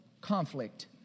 conflict